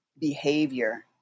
behavior